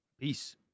Peace